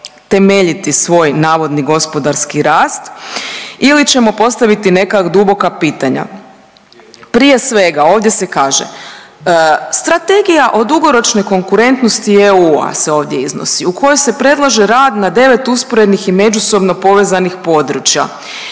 temeljiti svoj navodni gospodarski rast ili ćemo postaviti neka duboka pitanja? Prije svega, ovdje se kaže, strategija o dugoročnoj konkurentnosti EU-a se ovdje iznosi u kojoj se predlaže rad na 9 usporednih i međusobno povezanih područja.